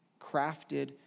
crafted